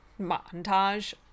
montage